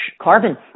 carbon